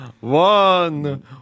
One